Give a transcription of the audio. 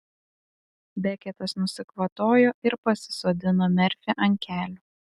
beketas nusikvatojo ir pasisodino merfį ant kelių